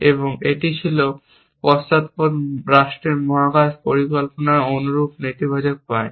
এবং এটি ছিল পশ্চাৎপদ রাষ্ট্রের মহাকাশ পরিকল্পনার অনুরূপ নেতিবাচক পয়েন্ট